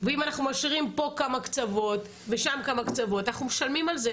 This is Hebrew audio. ואם אנחנו משאירים פה כמה קצוות ושם כמה קצוות אנחנו משלמים על זה.